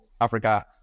Africa